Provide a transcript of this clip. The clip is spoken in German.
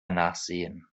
nachsehen